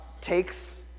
takes